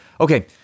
Okay